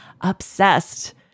obsessed